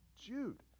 Jude